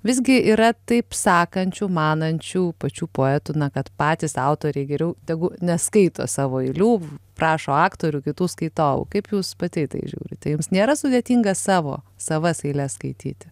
visgi yra taip sakančių manančių pačių poetų na kad patys autoriai geriau tegu neskaito savo eilių prašo aktorių kitų skaitovų kaip jūs pati į tai žiūrite jums nėra sudėtinga savo savas eiles skaityti